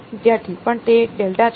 વિદ્યાર્થી પણ તે ડેલ્ટા છે